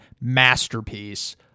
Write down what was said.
masterpiece